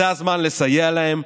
זה הזמן לסייע להם,